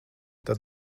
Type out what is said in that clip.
tad